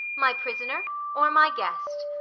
my prisoner or my guest?